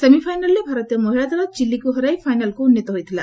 ସେମିଫାଇନାଲ୍ରେ ଭାରତୀୟ ମହିଳା ଦଳ ଚିଲିକୁ ହରାଇ ଫାଇନାଲ୍କୁ ଉନ୍ନୀତ ହୋଇଥିଲା